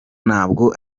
ntabwo